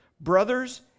brothers